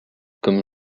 comme